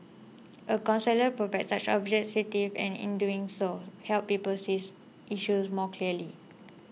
a counsellor provides such objectivity and in doing so helps people see issues more clearly